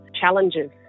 challenges